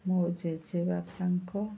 ମୋ ଜେଜେବାପାଙ୍କ